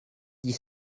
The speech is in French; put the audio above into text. dix